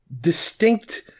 distinct